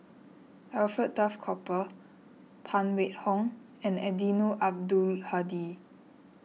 Alfred Duff Cooper Phan Wait Hong and Eddino Abdul Hadi